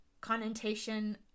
connotation